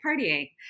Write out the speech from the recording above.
partying